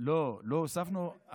לא, לא הוספנו.